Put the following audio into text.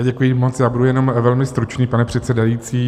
Děkuji moc, budu jenom velmi stručný, pane předsedající.